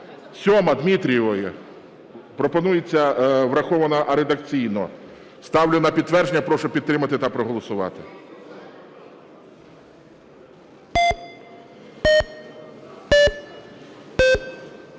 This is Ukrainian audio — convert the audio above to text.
7-а Дмитрієвої. Врахована редакційно. Ставлю на підтвердження, прошу підтримати та проголосувати.